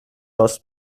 راست